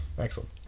Excellent